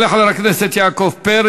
מצהירה אמונים לדמוקרטיה